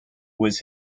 was